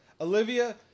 Olivia